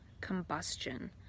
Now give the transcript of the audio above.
combustion